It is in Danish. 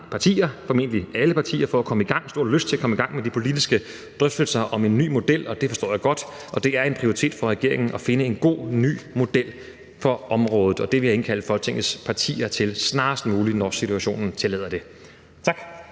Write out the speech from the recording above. partier, formentlig alle partier, og stor lyst til at komme i gang med de politiske drøftelser om en ny model, og det forstår jeg godt. Det er en prioritet for regeringen at finde en god ny model for området, og det arbejde vil jeg indkalde Folketingets partier til snarest muligt, når situationen tillader det. Tak.